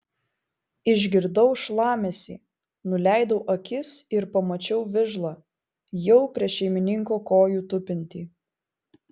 išgirdau šlamesį nuleidau akis ir pamačiau vižlą jau prie šeimininko kojų tupintį